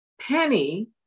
Penny